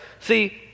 See